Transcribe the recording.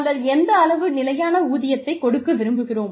நாங்கள் எந்த அளவு நிலையான ஊதியத்தைக் கொடுக்க விரும்புகிறோம்